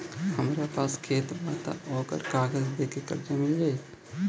हमरा पास खेत बा त ओकर कागज दे के कर्जा मिल जाई?